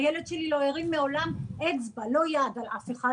הילד שלי לא הרים מעולם אצבע, לא יד, על אף אחד.